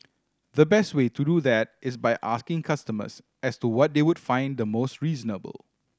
the best way to do that is by asking customers as to what they would find the most reasonable